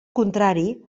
contrari